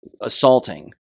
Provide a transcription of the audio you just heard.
assaulting